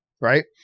right